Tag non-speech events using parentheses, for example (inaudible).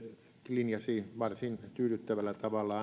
linjasi varsin tyydyttävällä tavalla (unintelligible)